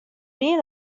wie